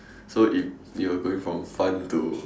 so if you are going from a fun to